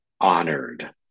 honored